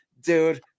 dude